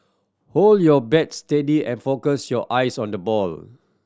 hold your bat steady and focus your eyes on the ball